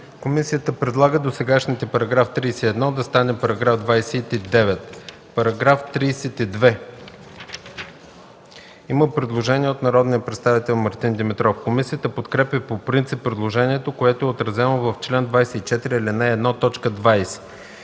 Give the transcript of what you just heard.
Комисията предлага досегашният § 31 да стане § 29. По § 32 има предложение от народния представител Мартин Димитров. Комисията подкрепя по принцип предложението, което е отразено в чл. 24, ал. 1, т.